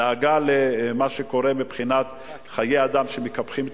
דאגה למה שקורה מבחינת חיי אדם שמקפחים אותם,